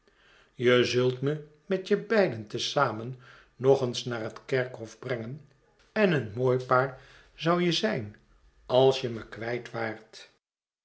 je zult me met je beiden te zamen nog eens naar het kerkhof brengen en een mooi paar zoudt je zijn als je me kwijt waart